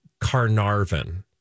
Carnarvon